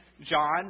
John